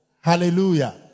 Hallelujah